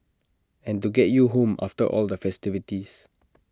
and to get you home after all the festivities